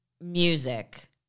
music